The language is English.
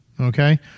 Okay